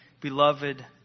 Beloved